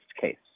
case